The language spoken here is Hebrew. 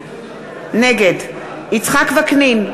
נגד יצחק וקנין,